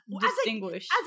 distinguish